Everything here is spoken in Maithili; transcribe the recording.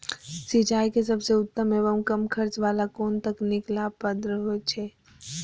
सिंचाई के सबसे उत्तम एवं कम खर्च वाला कोन तकनीक लाभप्रद होयत छै?